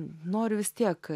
noriu vis tiek